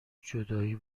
جدایی